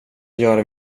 göra